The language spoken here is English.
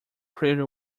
pretty